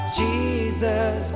jesus